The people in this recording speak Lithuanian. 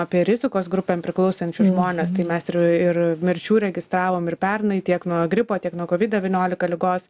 apie rizikos grupėm priklausančius žmones tai mes ir ir mirčių registravom ir pernai tiek nuo gripo tiek nuo kovid devyniolika ligos